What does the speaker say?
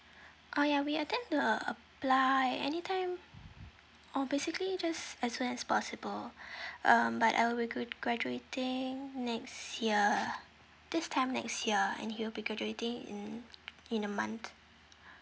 oh ya we intend to apply at anytime or basically just as soon as possible um but I will g~ graduating next year this time next time and he'll be graduating in in a month